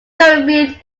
caribbean